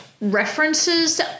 references